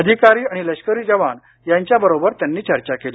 अधिकारी आणि लष्करी जवान यांच्यबरोबर त्यांनी चर्चा केली